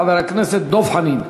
חבר הכנסת דב חנין.